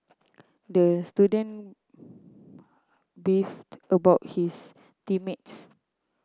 the student beefed about his team mates